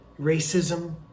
Racism